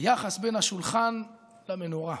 היחס בין השולחן למנורה,